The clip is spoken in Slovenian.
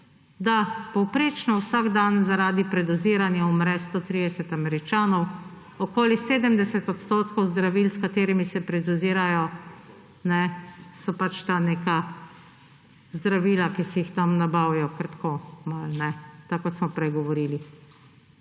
Da povprečno vsak dan zaradi predoziranja umre 130 Američanov. Okoli 70 % zdravil, s katerimi se predozirajo, so neka zdravila, ki si jih tam nabavijo kar tako malo, tako kot smo prej govorili.